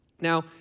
Now